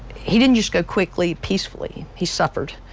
he didn't just go quickly peacefully. he suffered.